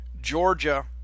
Georgia